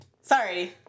Sorry